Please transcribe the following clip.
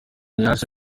yaje